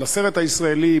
אבל הסרט הישראלי,